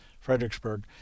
Fredericksburg